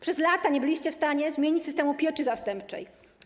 Przez lata nie byliście w stanie zmienić systemu pieczy zastępczej.